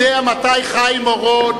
מתי חיים אורון